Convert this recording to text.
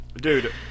Dude